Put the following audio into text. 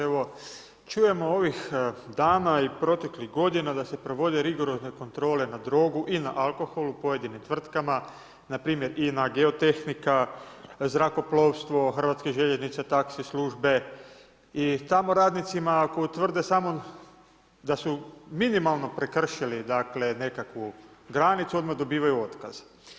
Evo, čujemo ovih dana i proteklih godina da se provode rigorozne kontrole na droge i na alkohol u pojedinim tvrtkama, npr. INA, Geotehnika, zrakoplovstvo, Hrvatske željeznice, taxi službe i tamo radnicima, ako utvrde samo da su minimalno prekršili dakle, nekakvu granicu, odmah dobivaju otkaz.